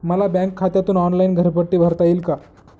मला बँक खात्यातून ऑनलाइन घरपट्टी भरता येईल का?